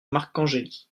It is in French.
marcangeli